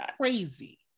crazy